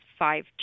5G